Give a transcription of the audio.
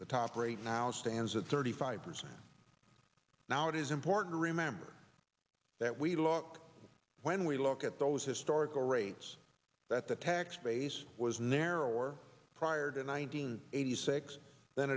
the top rate now stands at thirty five percent now it is important to remember that we look when we look at those historical rates that the tax base was narrower prior to nine hundred eighty six than